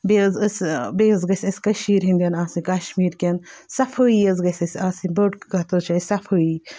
بیٚیہِ حظ أسۍ بیٚیہِ حظ گٔژھۍ أسۍ کٔشیٖرِ ہِنٛدٮ۪ن آسٕنۍ کشمیٖرکٮ۪ن صفٲیی حظ گژھِ اَسہِ آسٕنۍ بٔڑۍ کَتھ حظ چھِ اَسہِ صفٲیی